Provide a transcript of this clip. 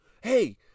Hey